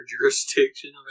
jurisdiction